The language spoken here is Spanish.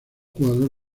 jugador